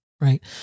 Right